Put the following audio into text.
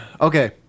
Okay